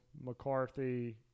McCarthy